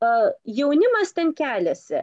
o jaunimas ten keliasi